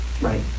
right